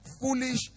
foolish